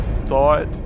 thought